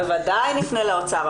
אנחנו בוודאי נפנה לאוצר,